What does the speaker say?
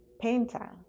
painter